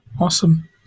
Awesome